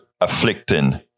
afflicting